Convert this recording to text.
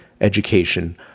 education